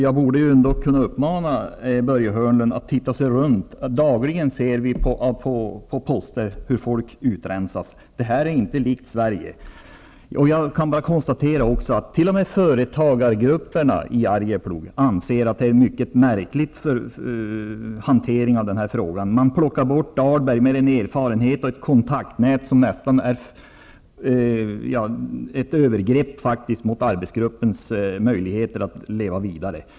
Jag borde kunna uppmana Börje Hörnlund att se sig runt. Dagligen ser vi hur folk rensas ut från olika poster. Det är inte likt Sverige. T.o.m. företagargrupperna i Arjeplog anser att det här är en mycket märklig hantering av frågan. Dahlberg plockas bort, och med den erfarenhet och det kontaktnät han har innebär det nästan ett hot mot arbetsgruppens möjligheter att leva vi dare.